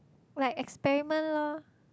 like experiment loh